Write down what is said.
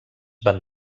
van